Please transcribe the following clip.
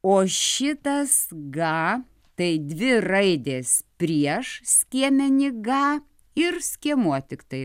o šitas gą tai dvi raidės prieš skiemenį gą ir skiemuo tiktai